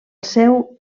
seu